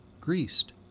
greased